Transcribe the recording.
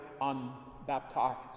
unbaptized